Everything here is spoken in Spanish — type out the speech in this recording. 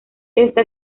esta